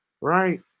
right